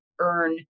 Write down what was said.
earn